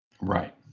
Right